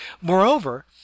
Moreover